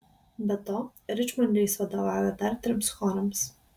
be to ričmonde jis vadovauja dar trims chorams